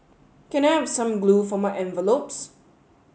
can I have some glue for my envelopes